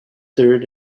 third